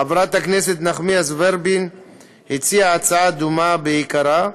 חברת הכנסת נחמיאס ורבין הציעה הצעה דומה בעיקרה.